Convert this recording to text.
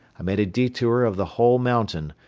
i made a detour of the whole mountain,